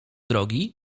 drogi